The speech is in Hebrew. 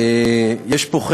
יש פה,